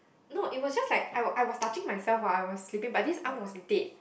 no it was just like I was I was just touching myself when I was sleeping but this arm was dead